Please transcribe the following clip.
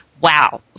wow